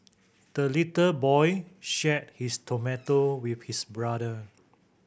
the little boy shared his tomato with his brother